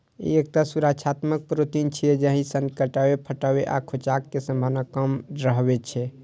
ई एकटा सुरक्षात्मक प्रोटीन छियै, जाहि सं कटै, फटै आ खोंचक संभावना कम रहै छै